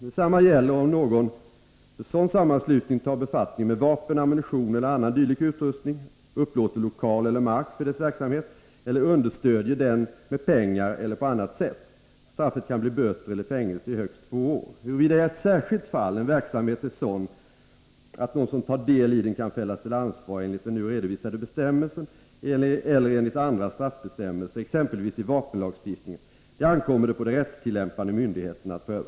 Detsamma gäller om någon ”för sådan sammanslutning tager befattning med vapen, ammunition eller annan dylik utrustning, upplåter lokal eller mark för dess verksamhet eller understödjer den med penningar eller på annat sätt”. Straffet kan bli böter eller fängelse i högst två år. Huruvida i ett särskilt fall en verksamhet är sådan att någon som tar del i den kan fällas till ansvar enligt den nu redovisade bestämmelsen eller enligt andra straffbestämmelser, exempelvis i vapenlagstiftningen, ankommer det på de rättstillämpande myndigheterna att pröva.